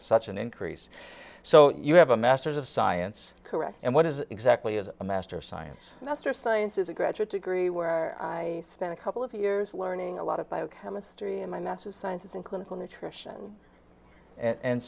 such an increase so you have a masters of science correct and what is exactly as a master science master science is a graduate degree where i spent a couple of years learning a lot of biochemistry in my master science and clinical nutrition and